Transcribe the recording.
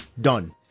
done